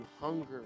hunger